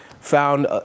found